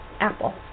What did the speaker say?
apple